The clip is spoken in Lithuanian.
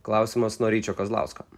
klausimas nuo ryčio kazlausko